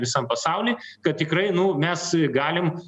visam pasauliui kad tikrai nu mes galim